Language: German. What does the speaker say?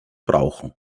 brauchen